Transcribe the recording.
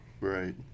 Right